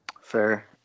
Fair